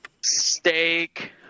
steak